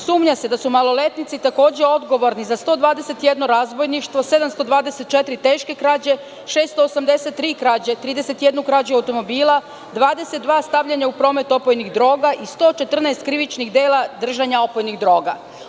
Sumnja se da su maloletnici takođe odgovorni za 121 razbojništvo, 724 teške krađe, 683 krađe, 31 krađu automobila, 22 stavljanja u promet opojnih droga i 114 krivičnih dela držanja opojnih droga.